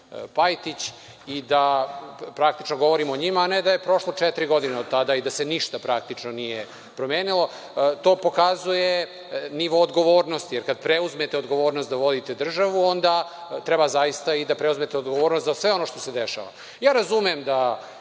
i da praktično govorimo o njima, a ne da je prošlo četiri godine od tada i da se ništa nije praktično promenilo. To pokazuje nivo odgovornosti, jer kad preuzmete odgovornost da vodite državu treba zaista i da preuzmete odgovornost za sve ono što se dešava. Razumem da